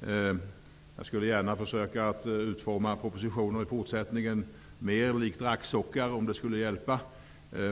när han frågade. Jag skulle gärna i fortsättningen försöka utforma propositioner mer likt raggsockar om det skulle hjälpa.